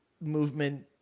movement